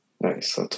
Nice